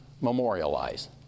memorialize